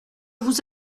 vous